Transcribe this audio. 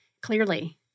clearly